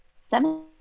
seven